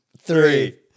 Three